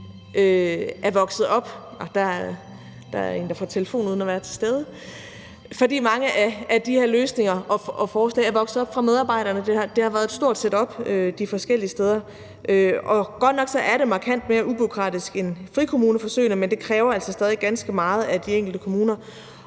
men det kræver også en kæmpe indsats, også fordi mange af de her løsninger og forslag er vokset frem fra medarbejderne. Det har været et stort setup de forskellige steder, og godt nok er det markant mere ubureaukratisk end frikommuneforsøgene, men det kræver altså stadig ganske meget af de enkelte kommuner.